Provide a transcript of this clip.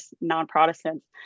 non-Protestants